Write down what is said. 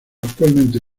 actualmente